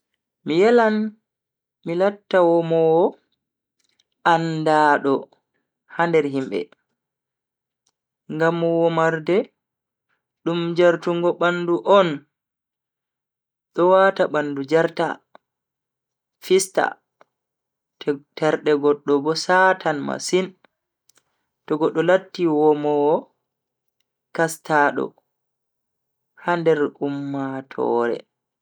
Mi yelan mi latta womowa andaado ha nder himbe, ngam womarde dum jartungo bandu on do wata bandu jarta, fista, ter.. terde goddo bo satan masin to goddo latti womowa kastaado ha nder ummatoore.